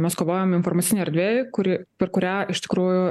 mes kovojam informacinėj erdvėj kuri per kurią iš tikrųjų